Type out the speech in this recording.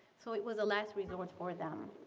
so, it was a last resort for them.